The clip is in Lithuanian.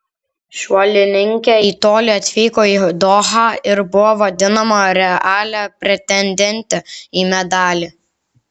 šuolininkė į tolį atvyko į dohą ir buvo vadinama realia pretendente į medalį